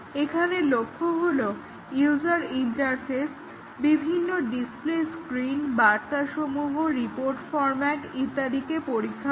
এখানে লক্ষ্য হলো ইউজার ইন্টারফেস বিভিন্ন ডিসপ্লে স্ক্রিন বার্তাসমূহ রিপোর্ট ফরম্যাট ইত্যাদিকে পরীক্ষা করা